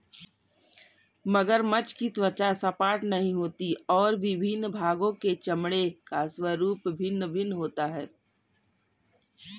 मगरमच्छ की त्वचा सपाट नहीं होती और विभिन्न भागों के चमड़े का स्वरूप भिन्न भिन्न होता है